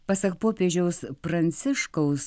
pasak popiežiaus pranciškaus